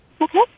Okay